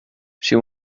she